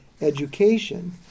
education